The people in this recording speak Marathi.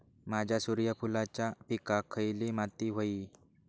माझ्या सूर्यफुलाच्या पिकाक खयली माती व्हयी?